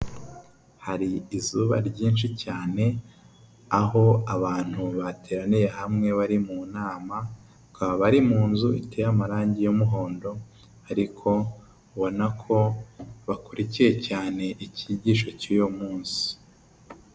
Hari izuba ryinshi cyane, aho abantu bateraniye hamwe bari mu nama bakaba bari mu nzu iteye amarangi y'umuhondo, ariko ubona ko bakurikiye cyane icyigisho cy'uyu munsi.